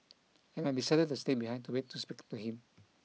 and I decided to stay behind to wait to speak to him